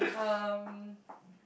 um